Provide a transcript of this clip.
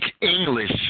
English